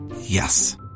Yes